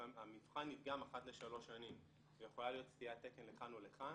המבחן נדגם אחת לשלוש שנים ויכולה להיות סטיית תקן לכאן או לכאן,